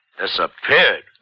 Disappeared